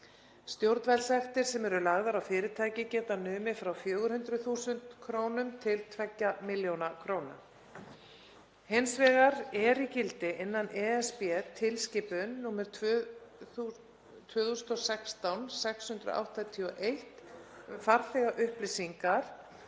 Stjórnvaldssektir sem eru lagðar á fyrirtæki geta numið frá 400.000 kr. til 2 millj. kr. Hins vegar er í gildi innan ESB-tilskipunar nr. 2016/681, um farþegaupplýsingar,